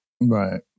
right